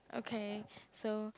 okay so